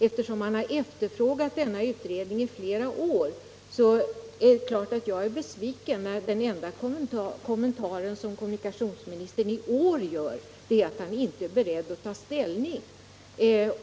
Eftersom den har efterfrågats i flera år är jag naturligtvis besviken över att den enda kommentar som kommunikationsministern i år gör är att han inte är beredd att ta ställning.